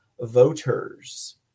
voters